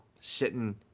sitting